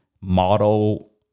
model